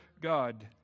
God